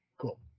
Cool